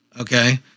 Okay